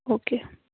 okay